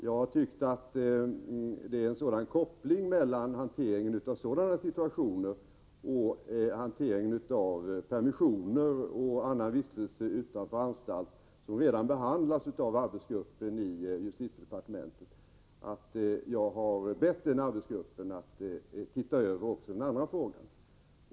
Jag har tyckt att det är en sådan koppling mellan hanteringen av situationer av detta slag och hanteringen av permissioner och annan vistelse utanför anstalt, som redan behandlas av arbetsgruppen i justitiedepartementet, att jag har bett arbetsgruppen att se över också den andra frågan.